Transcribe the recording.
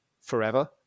forever